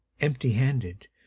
empty-handed